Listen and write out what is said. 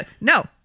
No